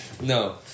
No